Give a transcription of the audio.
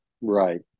Right